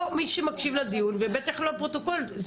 לא מי שמקשיב לדיון ובטח לא הפרוטוקול.